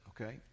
okay